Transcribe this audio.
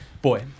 Boy